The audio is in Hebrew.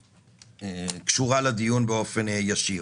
שקשורה לדיון באופן ישיר